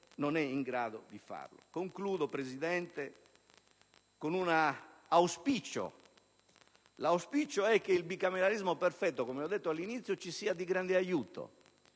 non è in grado di farlo. Concludo, signor Presidente, con un auspicio: quello che il bicameralismo perfetto, come ho detto all'inizio, ci sia di grande aiuto